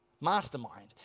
Mastermind